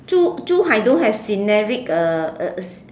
Zhu~ Zhuhai don't have scenery uh